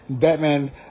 Batman